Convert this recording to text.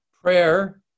Prayer